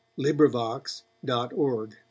LibriVox.org